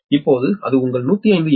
இப்போது அது உங்கள் 105 எம்